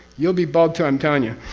you'll be bald too, i'm telling you.